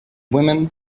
women